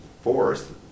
force